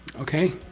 okay?